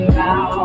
now